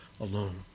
alone